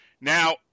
Now